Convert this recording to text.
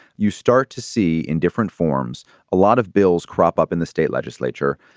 you start to see in different forms a lot of bills crop up in the state legislature,